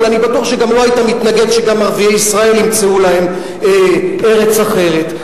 אבל אני בטוח שגם לא היית מתנגד שערביי ישראל ימצאו להם ארץ אחרת.